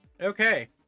Okay